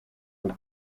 rugo